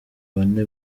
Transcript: bane